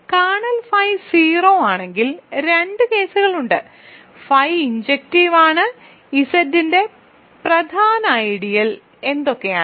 kernel φ 0 ആണെങ്കിൽ രണ്ട് കേസുകളുണ്ട് φ ഇൻജെക്റ്റീവ് ആണ് ഇസഡിന്റെ പ്രധാന ഐഡിയലുകൾ എന്തൊക്കെയാണ്